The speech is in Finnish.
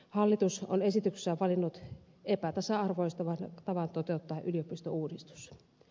hallitus on esityksessään valinnut epätasa arvoistavan tavan toteuttaa yliopistouudistus